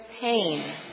pain